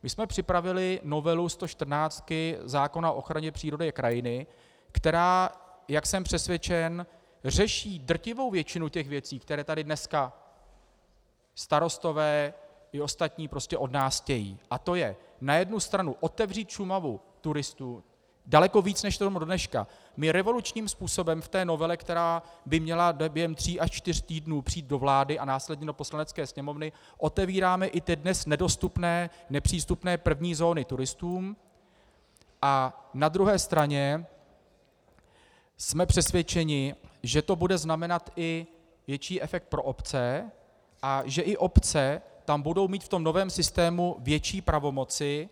My jsme připravili novelu stočtrnáctky, zákona o ochraně přírody a krajiny, která, jak jsem přesvědčen, řeší drtivou většinu těch věcí, které tady dneska starostové i ostatní prostě od nás chtějí, a to na jednu stranu otevřít Šumavu turistům daleko víc než tomu je do dneška, my revolučním způsobem v novele, která by měla během tří až čtyř týdnů přijít do vlády a následně do Poslanecké sněmovny, otevíráme i ty dnes nedostupné, nepřístupné první zóny turistům, a na druhé straně jsme přesvědčeni, že to bude znamenat i větší efekt pro obce a že i obce budou mít v tom novém systému větší pravomoci rozhodovat.